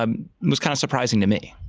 um was kind of surprising to me.